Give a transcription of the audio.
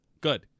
Good